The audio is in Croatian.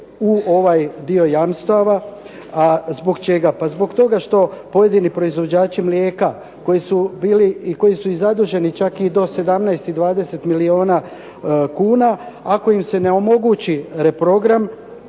u ovaj dio jamstava. A zbog čega? Pa zbog toga što pojedini proizvođači mlijeka koji su bili i koji su i zaduženi čak i do 17 i 20 milijuna kuna ako im se ne omogući reprogram